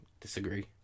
disagree